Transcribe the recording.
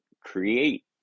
create